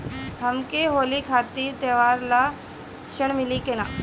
हमके होली खातिर त्योहार ला ऋण मिली का?